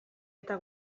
eta